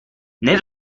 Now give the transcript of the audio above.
nel